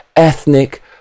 ethnic